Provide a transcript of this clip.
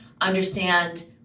understand